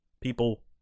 people